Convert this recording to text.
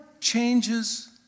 changes